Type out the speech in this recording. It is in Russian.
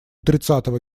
тридцатого